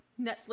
Netflix